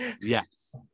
yes